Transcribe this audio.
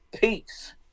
Peace